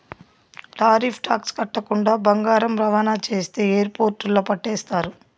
tariff tax కట్టకుండా బంగారం రవాణా చేస్తే ఎయిర్పోర్టుల్ల పట్టేస్తారు